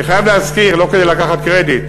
אני חייב להזכיר, לא כדי לקחת קרדיט,